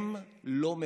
הם לא מפחדים.